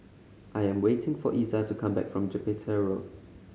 I am waiting for Iza to come back from Jupiter Road